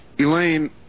elaine